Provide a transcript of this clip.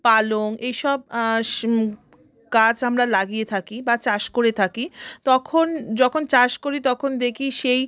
পালং এই সব স্ গাছ আমরা লাগিয়ে থাকি বা চাষ করে থাকি তখন যখন চাষ করি তখন দেখি সেই